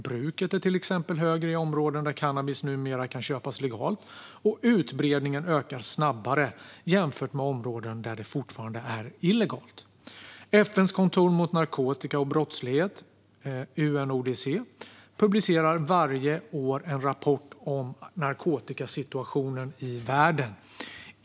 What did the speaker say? Bruket är till exempel högre i områden där cannabis numera kan köpas legalt, och utbredningen ökar snabbare jämfört med i områden där det fortfarande är illegalt. FN:s kontor mot narkotika och brottslighet, UNODC, publicerar varje år en rapport om narkotikasituationen i världen.